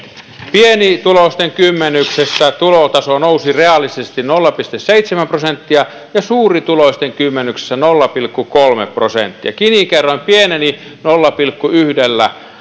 pienituloisten kymmenyksessä tulotaso nousi reaalisesti nolla pilkku seitsemän prosenttia ja suurituloisten kymmenyksessä nolla pilkku kolme prosenttia gini kerroin pieneni nolla pilkku yhdellä